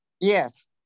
Yes